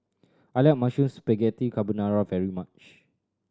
I like Mushroom Spaghetti Carbonara very much